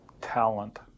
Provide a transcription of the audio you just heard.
talent